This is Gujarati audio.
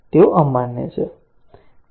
તેઓ અમાન્ય છે